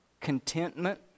contentment